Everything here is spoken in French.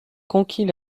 conquis